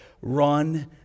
run